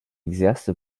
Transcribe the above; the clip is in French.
exerce